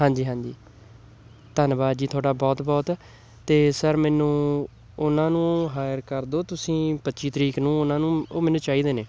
ਹਾਂਜੀ ਹਾਂਜੀ ਧੰਨਵਾਦ ਜੀ ਤੁਹਾਡਾ ਬਹੁਤ ਬਹੁਤ ਅਤੇ ਸਰ ਮੈਨੂੰ ਉਹਨਾਂ ਨੂੰ ਹਾਇਰ ਕਰ ਦਿਉ ਤੁਸੀਂ ਪੱਚੀ ਤਰੀਕ ਨੂੰ ਉਹਨਾਂ ਨੂੰ ਉਹ ਮੈਨੂੰ ਚਾਹੀਦੇ ਨੇ